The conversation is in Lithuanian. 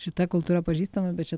šita kultūra pažįstama bet čia